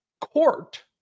Court